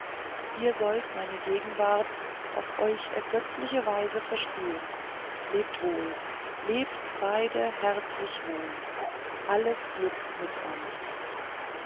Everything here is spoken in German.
ihr sollt meine gegenwart auf euch ergötzliche weise verspüren lebt wohl lebt beide herzlich wohl alles glück mit euch